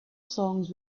songs